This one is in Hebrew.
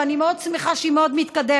ואני מאוד שמחה שהיא מאוד מתקדמת,